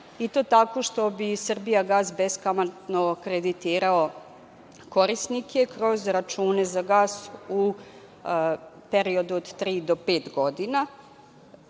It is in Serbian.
i to tako što bi „Srbija gas“ beskamatno kreditirao korisnike kroz račune za gas u periodu od tri do pet godina.